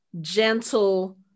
gentle